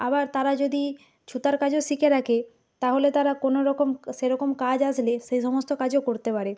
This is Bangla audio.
আবার তারা যদি ছুতার কাজও শিখে রাখে তাহলে তারা কোনো রকম সেরকম কাজ আসলে সে সমস্ত কাজও করতে পারে